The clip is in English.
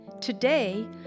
today